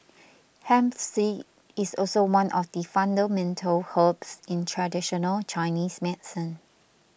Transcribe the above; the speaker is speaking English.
hemp seed is also one of the fundamental herbs in traditional Chinese medicine